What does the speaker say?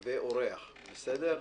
ואורח, בסדר?